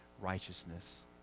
righteousness